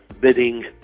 bidding